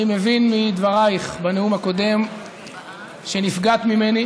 אני מבין מדברייך בנאום הקודם שנפגעת ממני,